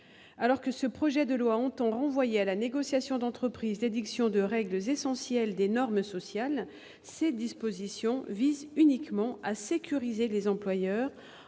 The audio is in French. Alors que ce projet de loi entend renvoyer à la négociation d'entreprise l'édiction de règles essentielles des normes sociales, ces dispositions visent uniquement à rassurer les employeurs,